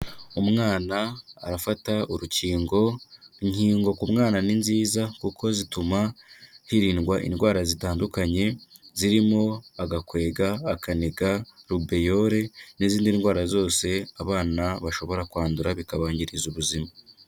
Umwana arafata urukingo, inkingo ku mwana ni nziza kuko zituma hirindwa indwara zitandukanye, zirimo: Agakwega, Akaniga, Rubeyole n'izindi ndwara zose abana bashobora kwandura bikabangiriza ubuzima.